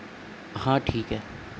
हां ठीक आहे